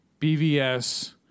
BVS